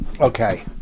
okay